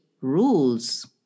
rules